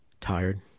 tired